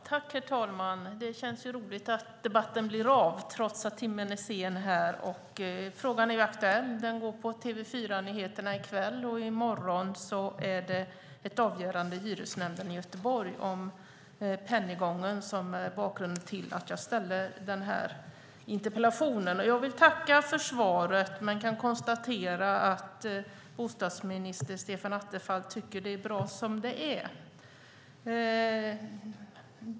Herr talman! Det känns roligt att debatten blir av trots att timmen är sen. Frågan är aktuell. Den finns med på TV4-nyheterna i kväll, och i morgon kommer ett avgörande i hyresnämnden i Göteborg om lägenheterna på Pennygången - bakgrunden till min interpellation. Jag vill tacka för svaret, men jag kan konstatera att bostadsminister Stefan Attefall tycker att det är bra som det är.